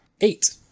eight